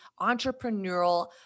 entrepreneurial